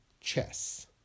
chess